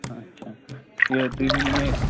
اچھا یہِ تُہۍ ؤنِو مےٚ